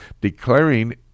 declaring